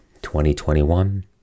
2021